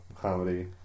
comedy